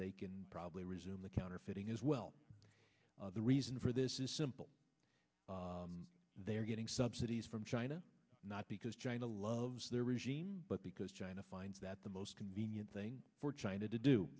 they can probably resume the counterfeiting as well the reason for this is simple they are getting subsidies from china not because china loves their regime but because china finds that the most convenient thing for china to do